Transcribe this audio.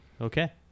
Okay